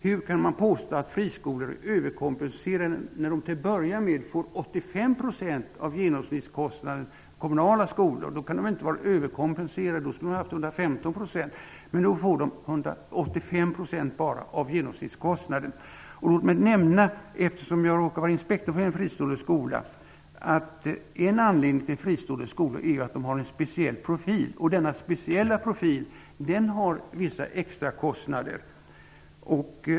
Hur kan man påstå att friskolorna överkompenseras när de till att börja med får 85 % av genomsnittskostnaden per elev i kommunala skolor? Då kan de väl inte vara överkompenserade? I så fall skulle de ha fått 115 %. Nu får de bara 85 % av genomsnittskostnaden. Jag råkar vara inspektor för en fristående skola. En anledning till att man har fristående skolor är att de har en speciell profil. Denna speciella profil medför vissa extra kostnader.